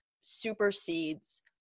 supersedes